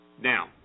Now